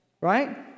Right